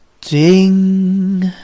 Ding